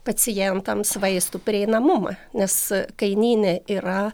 pacientams vaistų prieinamumą nes kainyne yra